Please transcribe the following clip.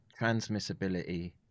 transmissibility